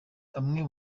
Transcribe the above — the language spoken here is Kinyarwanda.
amwe